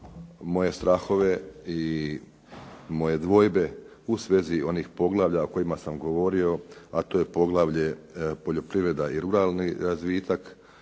moje strahove i moje dvojbe u svezi onih poglavlja o kojima sam govorio, a to je poglavlje poljoprivreda i ruralni razvitak,